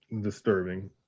disturbing